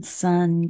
sun